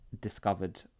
discovered